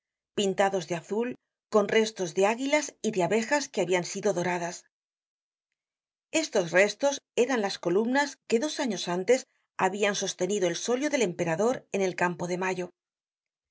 pintados de azul con restos de águilas y de abejas que habian sido doradas estos restos eran las columnas que dos años antes habian sostenido el solio del emperador en el campo de mayo estaban ya